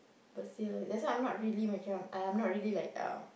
but still that's why I'm not really macam uh not really like um